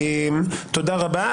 תודה רבה.